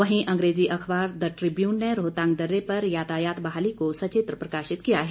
वहीं अंग्रेजी अखबार द ट्रिब्यून ने रोहतांग दर्रे पर यातायात बहाली को सचित्र प्रकाशित किया है